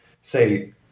say